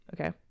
Okay